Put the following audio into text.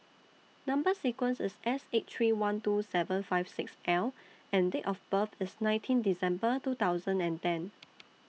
Number sequence IS S eight three one two seven five six L and Date of birth IS nineteen December two thousand and ten